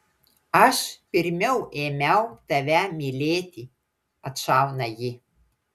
aš pirmiau ėmiau tave mylėti atšauna ji